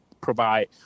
provide